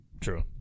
True